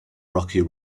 rocky